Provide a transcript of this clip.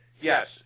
Yes